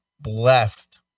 blessed